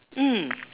mm